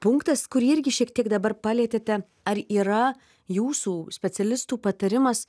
punktas kurį irgi šiek tiek dabar palietėte ar yra jūsų specialistų patarimas